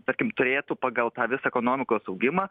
tarkim turėtų pagal tą visą ekonomikos augimą